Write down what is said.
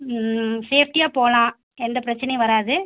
சேஃப்ட்டியாக போகலாம் எந்த பிரச்சினையும் வராது